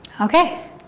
okay